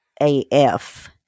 AF